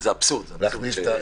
שנתקדם.